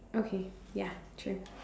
okay ya true